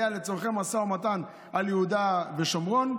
זה היה לצורכי משא ומתן על יהודה ושומרון,